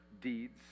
deeds